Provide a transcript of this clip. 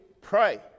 pray